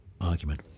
argument